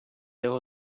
його